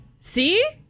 See